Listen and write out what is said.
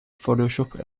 photoshop